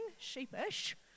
sheepish